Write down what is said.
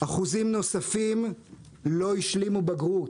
אחוזים נוספים לא השלימו בגרות,